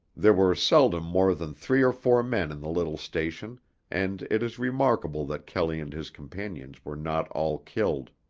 there were seldom more than three or four men in the little station and it is remarkable that kelley and his companions were not all killed.